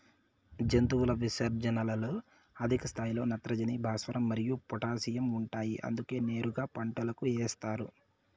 జంతువుల విసర్జనలలో అధిక స్థాయిలో నత్రజని, భాస్వరం మరియు పొటాషియం ఉంటాయి అందుకే నేరుగా పంటలకు ఏస్తారు